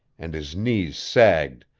and his knees sagged,